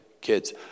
kids